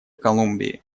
колумбии